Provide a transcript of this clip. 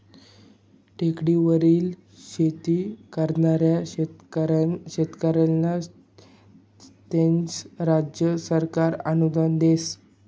टेकडीवर शेती करनारा शेतकरीस्ले त्यास्नं राज्य सरकार अनुदान देस